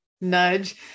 nudge